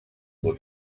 were